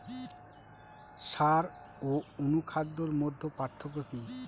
সার ও অনুখাদ্যের মধ্যে পার্থক্য কি?